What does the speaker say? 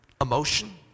emotion